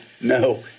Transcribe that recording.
no